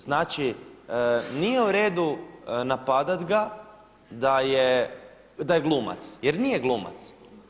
Znači nije u redu napadat ga da je glumac, jer nije glumac.